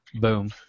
Boom